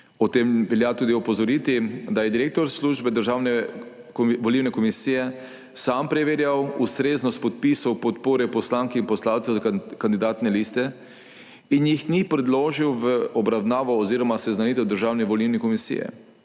Ob tem velja tudi opozoriti, da je direktor službe Državne volilne komisije sam preverjal ustreznost podpisov podpore poslank in poslancev za kandidatne liste in jih ni predložil v obravnavo oziroma seznanitev Državne volilne komisije.